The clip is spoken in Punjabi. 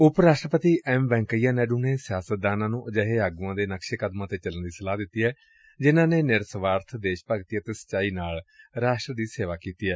ਉਪ ਰਾਸਟਰਪਤੀ ਐਮ ਵੈ'ਕਈਆ ਨਾਇਡੂ ਨੇ ਸਿਆਸਤਦਾਨਾਂ ਨੂੰ ਅਜਿਹੇ ਆਗੁਆਂ ਦੇ ਨਕਸ਼ੇ ਕਦਮਾਂ ਤੇ ਚੱਲਣ ਦੀ ਸਲਾਹ ਦਿੱਤੀ ਏ ਜਿਨਾਂ ਨੇ ਨਿਰਸਵਾਰਬ ਦੇਸ਼ ਭਗਤੀ ਅਤੇ ਸਚਾਈ ਨਾਲ ਰਾਸਟਰ ਦੀ ਸੇਵਾ ਕੀਤੀ ਏ